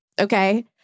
okay